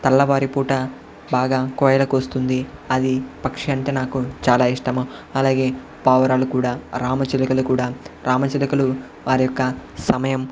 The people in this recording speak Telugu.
తెల్లవారి పూట బాగా కోయిల కూస్తుంది అది పక్షి అంటే నాకు చాలా ఇష్టం అలాగే పావురాలు కూడా రామచిలకలు కూడా రామచిలకలు వారి యొక్క సమయం